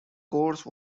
course